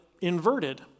inverted